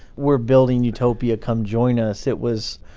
we're building utopia. come join us. it was,